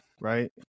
Right